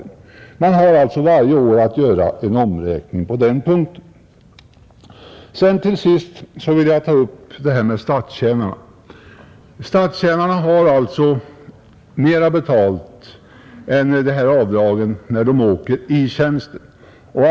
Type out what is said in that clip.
Verket skall alltså varje år göra en omräkning på den punkten, Till sist vill jag ta upp vad som gäller för statstjänarna, Deras ersättning per mil, när de kör i tjänsten, är alltså högre än avdraget.